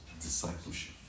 Discipleship